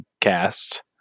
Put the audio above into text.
cast